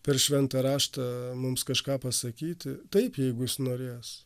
per šventą raštą mums kažką pasakyti taip jeigu jis norės